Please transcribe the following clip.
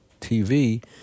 TV